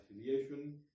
affiliation